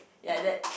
ya that's